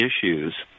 issues